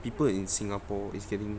people in singapore is getting